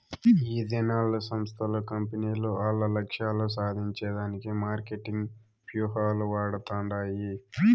ఈదినాల్ల సంస్థలు, కంపెనీలు ఆల్ల లక్ష్యాలు సాధించే దానికి మార్కెటింగ్ వ్యూహాలు వాడతండాయి